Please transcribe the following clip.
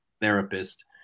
therapist